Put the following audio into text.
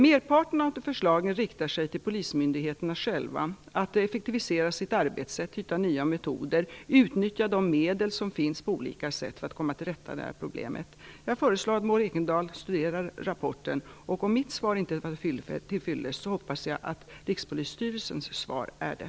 Merparten av förslagen riktar sig till polismyndigheterna själva: att effektivisera sitt arbetssätt, hitta nya metoder, utnyttja de medel som finns på olika sätt för att komma till rätta med problemet. Jag föreslår att Maud Ekendahl studerar rapporten, och om mitt svar inte var till fyllest hoppas jag att Rikspolisstyrelsens svar är det.